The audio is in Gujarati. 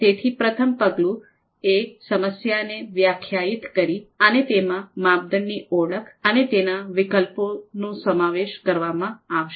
તેથી પ્રથમ પગલું એ સમસ્યાને વ્યાખ્યાયિત કરી અને તેમાં માપદંડની ઓળખ અને તેના વિકલ્પોનો સમાવેશ કરવામાં આવશે